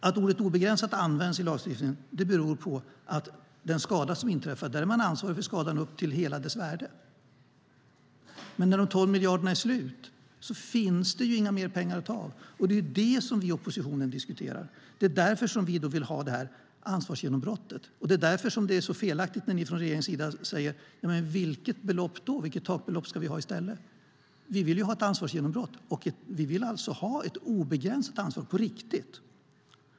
Att ordet "obegränsat" används i lagstiftningen beror på att för den skada som inträffar är man ansvarig upp till hela dess värde. Men när de 12 miljarderna är slut finns det ju inga mer pengar att ta av. Det är detta som vi i oppositionen diskuterar. Det är därför vi vill ha ett ansvarsgenombrott, och det är därför det blir så fel när ni från regeringssidan frågar vilket takbelopp vi ska ha i stället. Vi vill ju ha ett ansvarsgenombrott, och vi vill alltså ha ett obegränsat ansvar på riktigt.